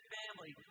family